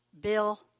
Bill